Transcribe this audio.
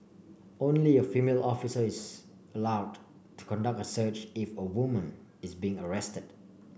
only a female officer is allowed to conduct a search if a woman is being arrested